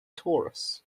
torus